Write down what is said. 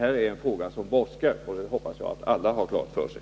Detta är en fråga som brådskar, och det hoppas jag att alla har klart för sig.